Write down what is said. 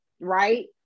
Right